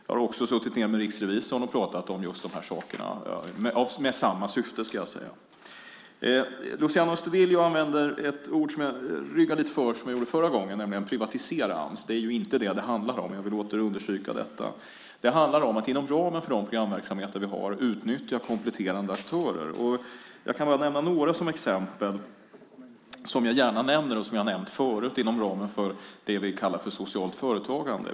Jag har också suttit ned med riksrevisorn och talat om just dessa saker, med samma syfte, ska jag säga. Luciano Astudillo använder ett ord som jag ryggar lite för, och som jag gjorde förra gången, nämligen att privatisera Ams. Det är inte det som det handlar om. Jag vill åter understryka detta. Det handlar om att inom ramen för de programverksamheter som vi har utnyttja kompletterande aktörer. Jag kan bara nämna några som exempel, som jag gärna nämner och som jag har nämnt förut inom ramen för det som vi kallar socialt företagande.